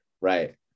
Right